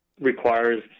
requires